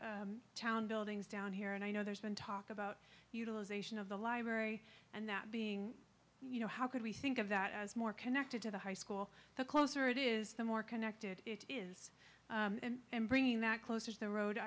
town buildings down here and i know there's been talk about utilization of the library and that being you know how could we think of that as more connected to the high school the closer it is the more connected it is and bringing that closer to